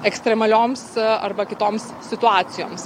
ekstremalioms arba kitoms situacijoms